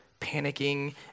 panicking